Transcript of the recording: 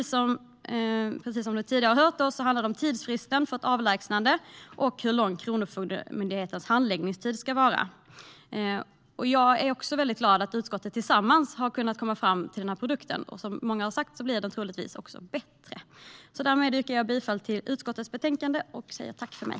Som ni tidigare hört handlar det om tidsfristen för ett avlägsnande och hur lång Kronofogdemyndighetens handläggningstid ska vara. Jag är glad att utskottet tillsammans har kunnat komma fram till den här produkten. Som många har sagt blir den troligtvis också bättre. Därmed yrkar jag bifall till utskottets förslag och säger tack för mig.